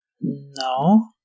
No